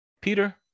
Peter